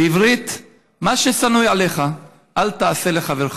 מה ששנוא עליך אל תעשה לחברך.